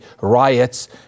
riots